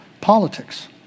politics